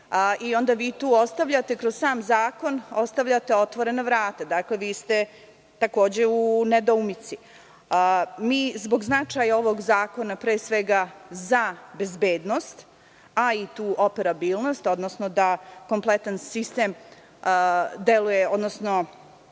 Onda vi tu ostavljate kroz sam zakon otvorena vrata. Vi ste takođe u nedoumici. Zbog značaja ovog zakona, pre svega za bezbednost, a i tu operabilnost, odnosno da kompletan sistem deluje i